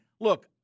Look